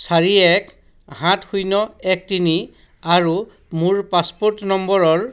চাৰি এক সাত শূন্য এক তিনি আৰু মোৰ পাছপোৰ্ট নম্বৰৰ